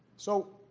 so